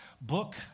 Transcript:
book